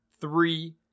three